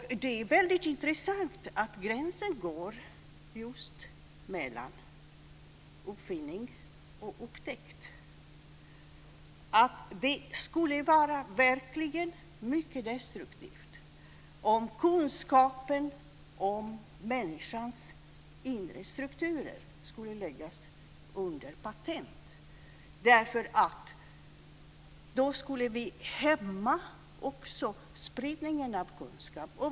Det är väldigt intressant att gränsen går just mellan uppfinning och upptäckt. Det skulle verkligen vara mycket destruktivt om kunskapen om människans inre strukturer skulle läggas under patent. Då skulle vi också hämma spridningen av kunskap.